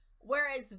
Whereas